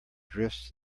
drifts